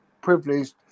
privileged